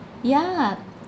yeah